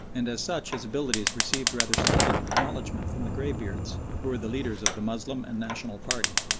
and as such his abilities received rather stinted acknowledgment from the greybeards, who were the leaders of the moslem and national party.